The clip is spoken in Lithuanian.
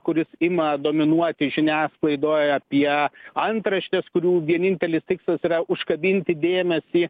kuris ima dominuoti žiniasklaidoj apie antraštės kurių vienintelis tikslas yra užkabinti dėmesį